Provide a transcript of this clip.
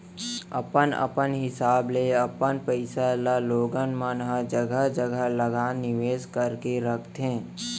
अपन अपन हिसाब ले अपन पइसा ल लोगन मन ह जघा जघा लगा निवेस करके रखथे